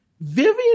Vivian